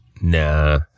Nah